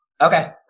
Okay